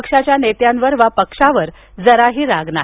पक्षाच्या नेत्यांवर वा पक्षावर जराही राग नाही